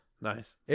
Nice